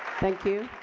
thank you